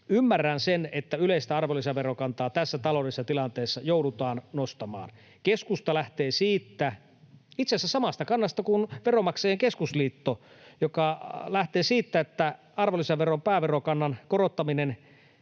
Ymmärrän sen, että yleistä arvonlisäverokantaa tässä taloudellisessa tilanteessa joudutaan nostamaan. Keskusta lähtee itse asiassa samasta kannasta kuin Veronmaksajain Keskusliitto, joka lähtee siitä, että arvonlisäveron pääverokannan korottaminen